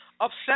upset